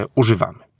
używamy